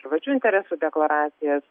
privačių interesų deklaracijas